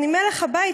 / אני מלך הבית,